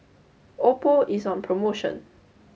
Oppo is on promotion